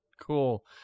cool